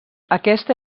aquesta